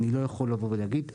אני לא יכול לבוא ולהגיד.